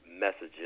messages